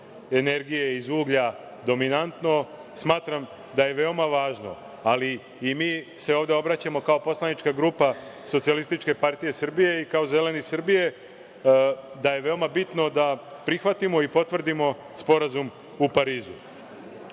energije iz uglja dominantno, smatram da je veoma važno, ali mi se ovde obraćamo kao poslanička grupa SPS, i kao Zeleni Srbije, da je veoma bitno da prihvatimo i potvrdimo Sporazum u